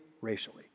racially